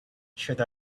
should